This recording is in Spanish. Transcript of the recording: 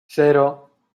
cero